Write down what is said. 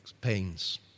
pains